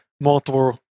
multiple